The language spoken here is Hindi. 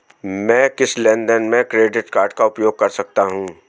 मैं किस लेनदेन में क्रेडिट कार्ड का उपयोग कर सकता हूं?